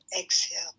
exhale